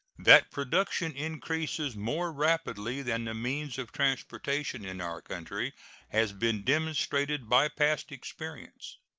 that production increases more rapidly than the means of transportation in our country has been demonstrated by past experience.